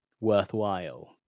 worthwhile